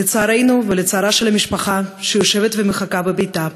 לצערנו, ולצערה של המשפחה שיושבת ומחכה בביתה,